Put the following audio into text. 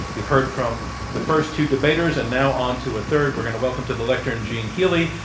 you've heard from the first two debaters. and now onto a third. we're going to welcome to the lectern gene healy.